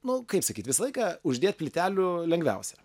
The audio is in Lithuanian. nu kaip sakyt visą laiką uždėt plytelių lengviausia